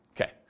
okay